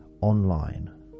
online